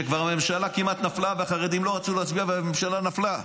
כשהממשלה כבר כמעט נפלה והחרדים לא רצו להצביע והממשלה נפלה.